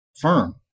firm